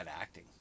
acting